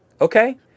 Okay